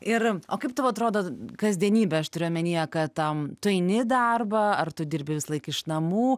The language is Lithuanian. ir o kaip tau atrodo kasdienybė aš turiu omenyje kad tu eini į darbą ar tu dirbi visąlaik iš namų